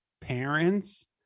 parents